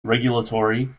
regulatory